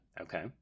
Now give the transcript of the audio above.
Okay